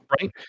right